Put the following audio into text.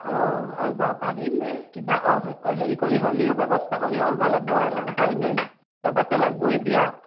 অঁ অলবা পাৰিম ন কিবা হেৰি কৰি হ'লিও ব্যৱস্থা কৰি অলবা লাগব আৰু উপায় নাই যাবাতো লাগবই বিয়াত